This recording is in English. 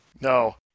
No